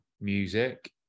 music